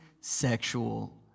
sexual